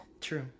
True